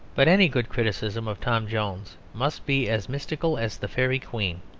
but any good criticism of tom jones must be as mystical as the faery queen.